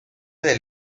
del